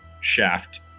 shaft